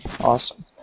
Awesome